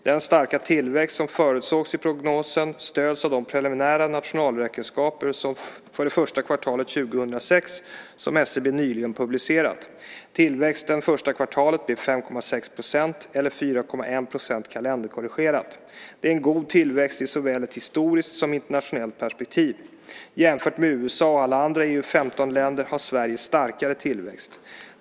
Den starka tillväxt som förutsågs i prognosen stöds av de preliminära nationalräkenskaper för det första kvartalet 2006 som SCB nyligen publicerat. Tillväxten första kvartalet blev 5,6 % eller 4,1 % kalenderkorrigerat. Det är en god tillväxt i såväl ett historiskt som internationellt perspektiv. Jämfört med USA och alla EU-15-länder har Sverige starkare tillväxt.